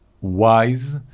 wise